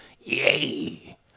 Yay